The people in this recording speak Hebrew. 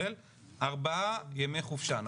ארבעה ימי מחלה.